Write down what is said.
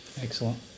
excellent